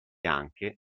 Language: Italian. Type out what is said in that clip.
anche